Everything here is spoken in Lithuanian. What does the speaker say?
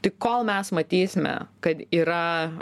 tai kol mes matysime kad yra